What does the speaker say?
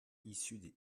issus